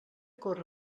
córrer